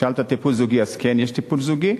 שאלת על טיפול זוגי, אז כן, יש טיפול זוגי,